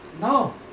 No